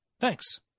Thanks